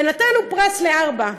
נתנו פרס לארבעה.